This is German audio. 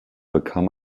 bekam